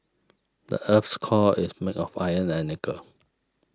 the earth's core is made of iron and nickel